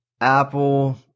Apple